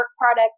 product